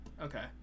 Okay